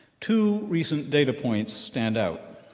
two recent data points stand out.